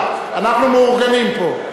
אנחנו מאורגנים פה.